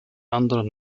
andere